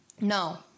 no